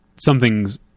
something's